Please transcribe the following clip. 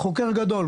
חוקר גדול.